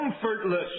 comfortless